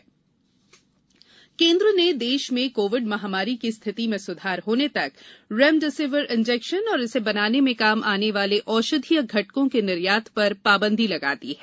remdesivir निर्यात रोक केंद्र ने देश में कोविड महामारी की स्थिति में सुधार होने तक रेमडेसिविर इन्जेक्शन और इसे बनाने में काम आने वाले औषधीय घटकों के निर्यात पर पाबंदी लगा दी है